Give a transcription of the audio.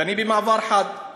ואני, במעבר חד,